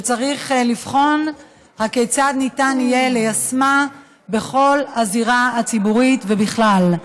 שצריך לבחון כיצד ניתן יהיה ליישמה בזירה הציבורית ובכלל.